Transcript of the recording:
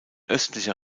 östlicher